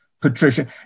Patricia